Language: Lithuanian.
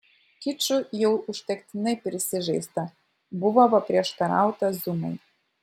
kiču jau užtektinai prisižaista buvo paprieštarauta zumai